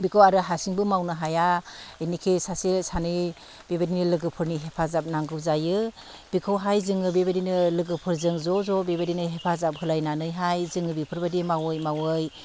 बेखौ आरो हारसिंबो मावनो हाया एनेखे सासे सानै बेबायदिनो लोगोफोरनि हेफाजाब नांगौ जायो बेखौहाय जोङो बेबायदिनो लोगोफोरजों ज'ज' बेबायदिनो हेफाजाब होलायनानैहाय जोङो बेफोरबादि मावै मावै